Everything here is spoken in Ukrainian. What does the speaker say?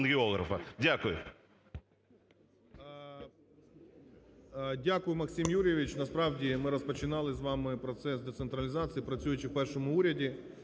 Дякую.